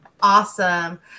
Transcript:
awesome